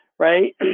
Right